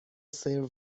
سرو